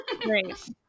Great